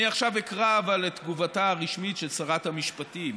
אבל אני עכשיו אקרא את תגובתה הרשמית של שרת המשפטים,